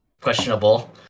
questionable